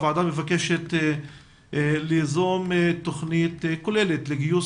הוועדה מבקשת ליזום תוכנית כוללת לגיוס